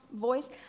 voice